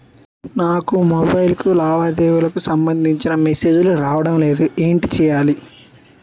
నాకు మొబైల్ కు లావాదేవీలకు సంబందించిన మేసేజిలు రావడం లేదు ఏంటి చేయాలి?